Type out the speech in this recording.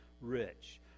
rich